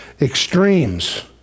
extremes